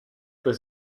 was